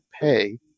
pay